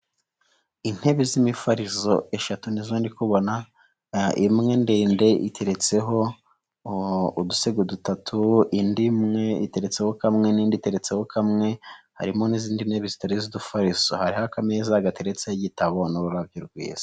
Intebe z'imifarizo eshatu nizo ndibona imwe ndende iteretseho udusego dutatu indi imwe iteretseho kamwe n'inditeretsehokamwe harimo n'izindi nerifareso hari ameza gateretseho igitabo n'ururabyo rwiza.